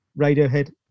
Radiohead